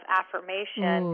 affirmation